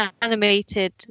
animated